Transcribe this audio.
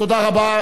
תודה רבה.